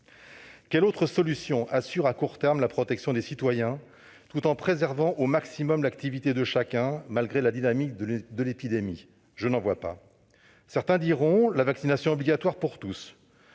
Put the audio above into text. Quelle autre solution assure à court terme la protection des citoyens tout en préservant au maximum l'activité de chacun, malgré la dynamique de l'épidémie ? Je n'en vois pas. Certains répondront : la vaccination obligatoire pour tous.